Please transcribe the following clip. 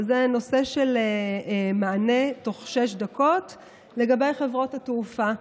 וזה הנושא של מענה תוך שש דקות לגבי חברות התעופה.